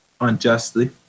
unjustly